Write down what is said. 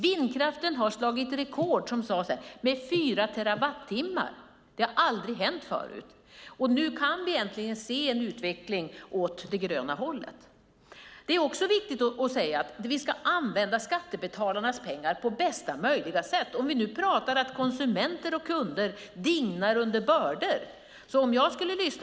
Vindkraften har slagit rekord med fyra terawattimmar; det har aldrig hänt förut. Nu kan vi äntligen se en utveckling åt det gröna hållet. Vi ska använda skattebetalarnas pengar på bästa möjliga sätt. Vi talar om att konsumenter och kunder dignar under bördor.